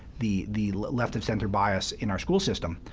the the left-of-center bias in our school system.